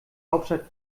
hauptstadt